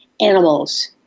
animals